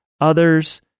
others